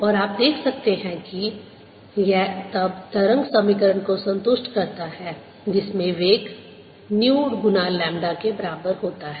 और आप देख सकते हैं कि यह तब तरंग समीकरण को संतुष्ट करता है जिसमें वेग न्यू गुना लैम्बडा के बराबर होता है